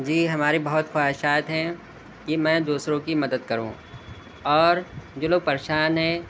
جی ہمارے بہت خواہشات ہیں کہ میں دوسروں کی مدد کروں اور جو لوگ پریشان ہیں